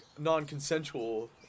non-consensual